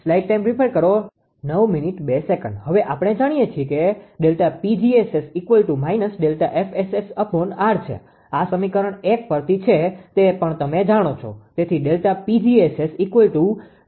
હવે આપણે જાણીએ છીએ કે Δ𝑃𝑔𝑆𝑆−ΔFSS𝑅 છે આ સમીકરણ 1 પરથી છે તે પણ તમે જાણો છો